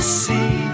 see